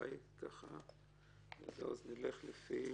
עוד רגע.